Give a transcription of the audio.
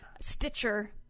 Stitcher